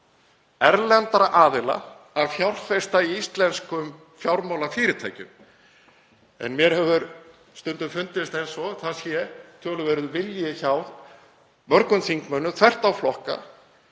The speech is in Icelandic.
erlendra aðila á að fjárfesta í íslenskum fjármálafyrirtækjum. Mér hefur stundum fundist eins og það sé töluverður vilji hjá mörgum þingmönnum, þvert á flokka,